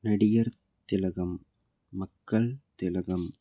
நடிகர் திலகம் மக்கள் திலகம்